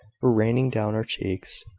were raining down her cheeks.